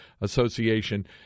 Association